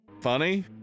funny